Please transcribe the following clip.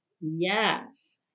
Yes